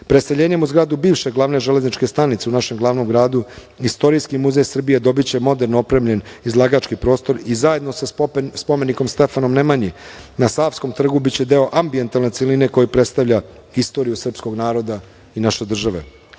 zbirke. Preseljenjem u zgradu bivše glavne železničke stranice u našem glavnom gradu, Istorijski muzej Srbije dobiće moderno opremljen izlagački prostor i zajedno sa spomenikom Stefanu Nemanji na Savskom trgu biće deo ambijentalne celine koja predstavlja istoriju srpskog naroda i naše države.